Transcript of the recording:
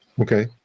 Okay